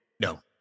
No